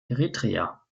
eritrea